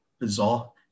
bizarre